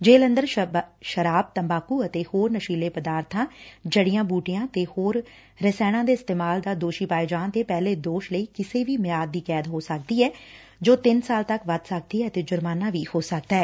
ਜੇਲੁ ਅੰਦਰ ਸ਼ਰਾਬ ਤੰਬਾਕੁ ਅਤੇ ਹੋਰ ਨਸ਼ੀਲੇ ਪਦਾਰਬਾਂ ਜੜੀਆਂ ਬੂਟੀਆਂ ਤੇ ਹੋਰ ਰਸਾਇਣਾਂ ਦੇ ਇਸਤੇਮਾਲ ਦਾ ਦੋਸ਼ੀ ਪਾਏ ਜਾਣ ਤੇ ਪਹਿਲੇ ਦੋਸ਼ ਲਈ ਕਿਸੇ ਵੀ ਮਿਆਦ ਦੀ ਕੈਦ ਹੋ ਸਕਦੀ ਐ ਜੈ ਤਿੰਨ ਸਾਲ ਤੱਕ ਵੱਧ ਸਕਦੀ ਐ ਅਤੇ ਜੁਰਮਾਨਾ ਵੀ ਹੋ ਸਕਦਾ ਐ